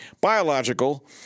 biological